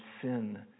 sin